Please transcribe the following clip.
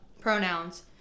pronouns